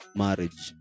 marriage